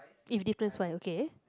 if difference wise okay